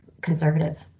conservative